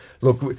Look